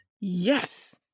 Yes